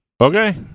Okay